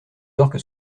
orques